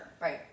Right